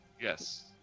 Yes